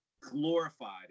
glorified